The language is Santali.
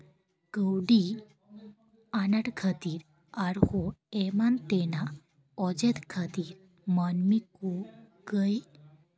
ᱠᱟᱹᱣᱰᱤ ᱟᱱᱟᱴ ᱠᱷᱟᱹᱛᱤᱨ ᱟᱨᱦᱚᱸ ᱮᱢᱟᱱ ᱛᱮᱱᱟᱜ ᱚᱡᱮ ᱠᱷᱟᱹᱛᱤᱨ ᱢᱟᱹᱱᱢᱤ ᱠᱚ ᱠᱟᱹᱭ